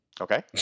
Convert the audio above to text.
Okay